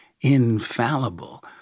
infallible